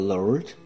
Lord